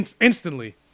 instantly